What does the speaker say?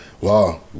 wow